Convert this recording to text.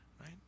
right